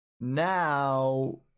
Now